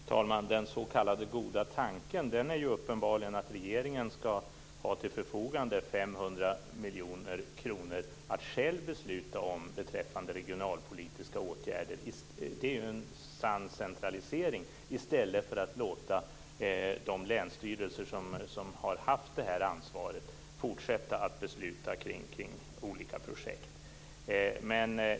Herr talman! Den s.k. goda tanken är uppenbarligen att regeringen skall ha 500 miljoner kronor till sitt förfogande att själv besluta om beträffande regionalpolitiska åtgärder. Man genomför alltså en sann centralisering i stället för att låta de länsstyrelser som haft ansvaret fortsätta att besluta kring olika projekt.